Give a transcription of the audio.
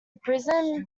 prison